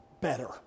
better